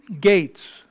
gates